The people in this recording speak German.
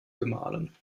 gemahlen